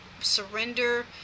surrender